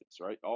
right